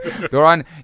Doran